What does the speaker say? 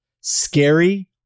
scary